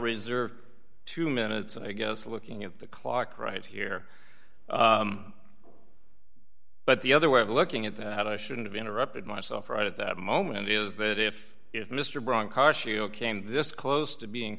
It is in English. reserve two minutes i guess looking at the clock right here but the other way of looking at that i shouldn't be interrupted myself right at that moment is that if if mr brown car show came this close to being